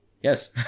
yes